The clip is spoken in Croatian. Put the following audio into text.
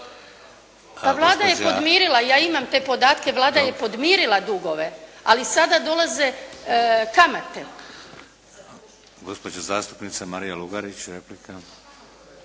Pa Vlada je podmirila, ja imam te podatke, Vlada je podmirila dugove ali sada dolaze kamate.